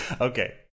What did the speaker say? Okay